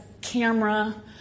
camera